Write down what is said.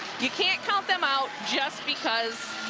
you can't count them out just because